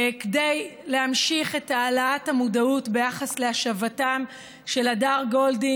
כדי להמשיך ביחד את העלאת המודעות להשבתם של הדר גולדין,